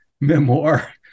memoir